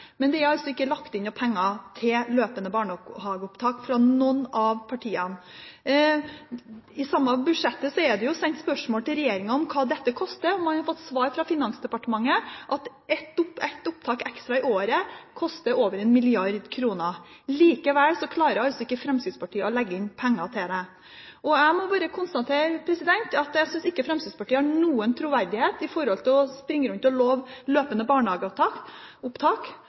Men det er altså ikke lagt inn noen penger til løpende barnehageopptak fra noen av partiene. I det samme budsjettet er det sendt spørsmål til regjeringen om hva dette koster. Man har fått svar fra Finansdepartementet at ett opptak ekstra i året koster over 1 mrd. kr. Likevel klarer altså ikke Fremskrittspartiet å legge inn penger til det. Jeg må bare konstatere at jeg ikke synes Fremskrittspartiet har noen troverdighet når de springer rundt og lover løpende